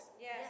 Yes